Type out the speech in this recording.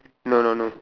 no no no